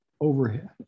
overhead